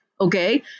Okay